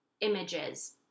images